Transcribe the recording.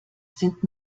sind